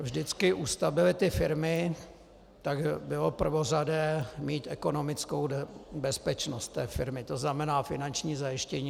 Vždycky u stability firmy bylo prvořadé mít ekonomickou bezpečnost firmy, to znamená finanční zajištění atd.